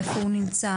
איפה הוא נמצא,